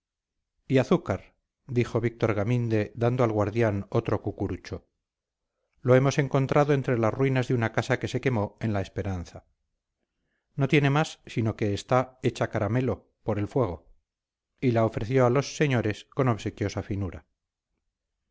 y azúcar dijo víctor gaminde dando al guardián otro cucurucho lo hemos encontrado entre las ruinas de una casa que se quemó en la esperanza no tiene más sino que está hecha caramelo por el fuego y la ofreció a los señores con obsequiosa